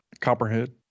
Copperhead